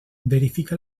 verifica